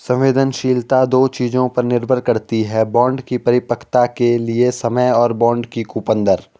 संवेदनशीलता दो चीजों पर निर्भर करती है बॉन्ड की परिपक्वता के लिए समय और बॉन्ड की कूपन दर